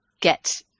get